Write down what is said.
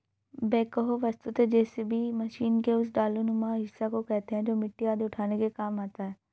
backhoe वस्तुतः JCB machine के उस डालानुमा हिस्सा को कहते हैं जो मिट्टी आदि उठाने के काम आता है